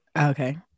Okay